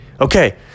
Okay